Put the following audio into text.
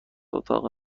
اتاق